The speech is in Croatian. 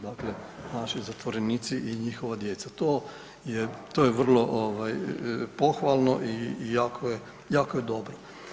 Dakle, naši zatvorenici i njihova djeca, to je vrlo pohvalno i jako je dobro.